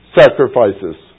sacrifices